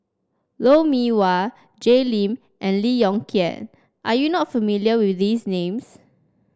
Lou Mee Wah Jay Lim and Lee Yong Kiat are you not familiar with these names